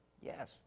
Yes